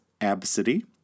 Absidy